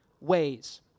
ways